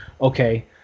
okay